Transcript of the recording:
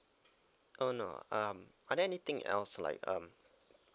oh no um are there anything else like um